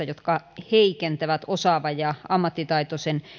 jotka heikentävät osaavan ja ammattitaitoisen